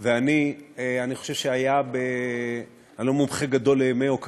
אני לא מחפשת יותר אשמים.